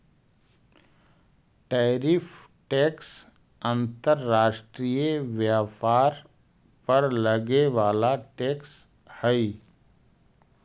tariff tax अंतर्राष्ट्रीय व्यापार पर लगे वाला टैक्स हई